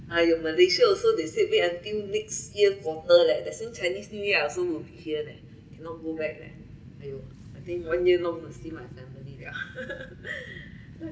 !aiyo! yeah malaysia also they say wait until next year quarter leh that since chinese new year I also will be here leh cannot go back leh !aiyo! I think one year no see my family lah